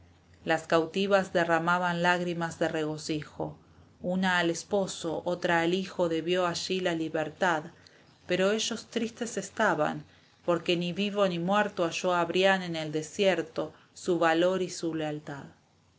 las cautivas derramaban lágrimas de regocijo una al esposo otra al hijo debió alli la libertad pero ellos tristes estaban porque ni vivo ni muerto halló a brian en el desierto su valor y su lealtad